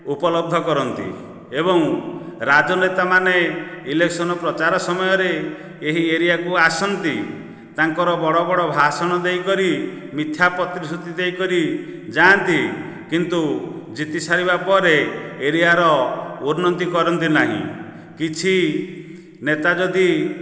ଉପଲବ୍ଧ କରନ୍ତି ଏବଂ ରାଜନେତା ମାନେ ଇଲେକ୍ସନ ପ୍ରଚାର ସମୟରେ ଏହି ଏରିଆକୁ ଆସନ୍ତି ତାଙ୍କର ବଡ଼ ବଡ଼ ଭାଷଣ ଦେଇକରି ମିଥ୍ୟା ପ୍ରତିଶୃତି ଦେଇକରି ଯାଆନ୍ତି କିନ୍ତୁ ଜିତି ସାରିବା ପରେ ଏରିଆର ଉନ୍ନତି କରନ୍ତି ନାହିଁ କିଛି ନେତା ଯଦି